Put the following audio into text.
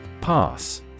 Pass